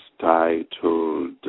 titled